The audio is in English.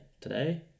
Today